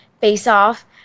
face-off